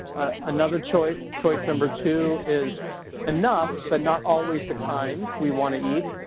another choice, choice number two, is enough but not always the kinds we want to eat.